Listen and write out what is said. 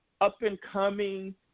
up-and-coming